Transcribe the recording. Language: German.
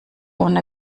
ohne